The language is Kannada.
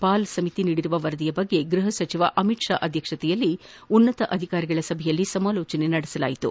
ಪಾಲ್ ಸಮಿತಿ ನೀಡಿರುವ ವರದಿಯ ಬಗ್ಗೆ ಗ್ವಹ ಸಚಿವ ಅಮಿತ್ ಶಾ ಅಧ್ಯಕ್ಷತೆಯಲ್ಲಿ ಉನ್ನತ ಅಧಿಕಾರಿಗಳ ಸಭೆಯಲ್ಲಿ ಸಮಾಲೋಚನೆ ನಡೆಯಿತು